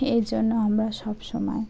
এই জন্য আমরা সবসময়